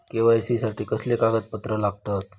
KYC साठी कसली कागदपत्र लागतत?